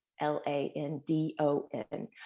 L-A-N-D-O-N